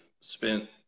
spent